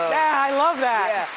i love that.